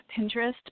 Pinterest